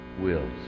wills